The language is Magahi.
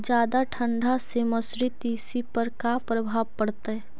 जादा ठंडा से मसुरी, तिसी पर का परभाव पड़तै?